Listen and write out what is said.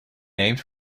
named